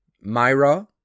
Myra